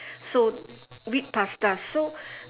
so wheat pasta so